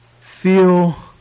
feel